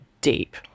deep